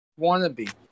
Wannabe